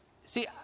See